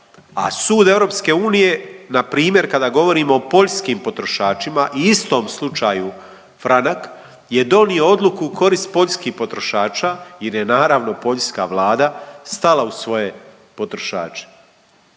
A sud EU na primjer kada govorimo o poljskim potrošačima i istom slučaju Franak je donio odluku u korist poljskih potrošača jer je naravno poljska Vlada stala uz svoje potrošače.